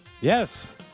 Yes